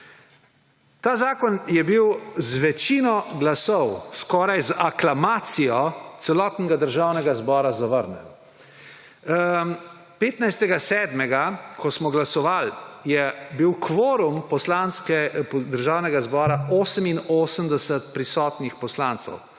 Ta zakon je bil z večino glasov, skoraj z aklamacijo celotnega državnega zbora zavrnjen. 15. 7., ko smo glasovali, je bil kvorum Državnega zbora 88 prisotnih poslancev,